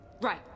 Right